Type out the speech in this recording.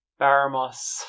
Baramos